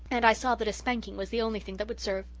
and i saw that a spanking was the only thing that would serve.